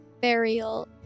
burial